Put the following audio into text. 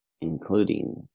including